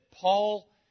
Paul